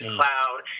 cloud